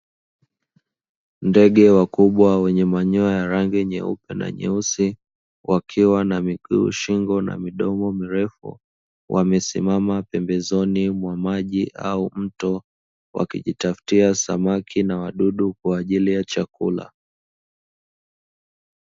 Ndege wakubwa wenye manyoya ya rangi nyeupe na nyeusi, wakiwa na: miguu, shingo na midomo mirefu; wamesimama pembezoni mwa maji au mto wakijitaftia samaki na wadudu kwa ajili ya chakula.